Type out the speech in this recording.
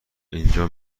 اینجا